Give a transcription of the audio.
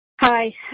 Hi